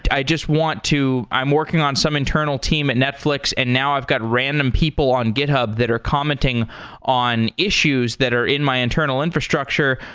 i just want to i'm working on some internal team at netflix and now i've got random people on github that are commenting on issues that are in my internal infrastructure.